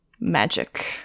magic